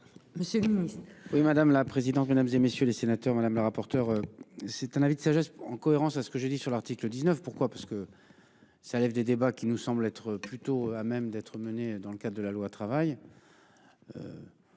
Monsieur le ministre,